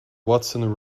watson